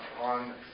on